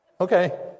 Okay